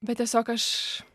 bet tiesiog aš